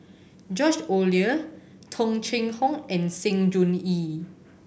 George Oehler Tung Chye Hong and Sng Choon Yee